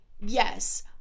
yes